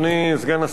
אני חושב שאמרת,